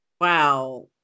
Wow